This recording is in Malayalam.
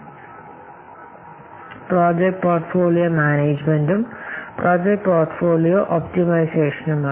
മറ്റൊന്ന് പ്രോജക്ട് പോർട്ട്ഫോളിയോ മാനേജുമെന്റും തുടർന്ന് പ്രോജക്റ്റ് പോർട്ട്ഫോളിയോ ഒപ്റ്റിമൈസേഷനുമാണ്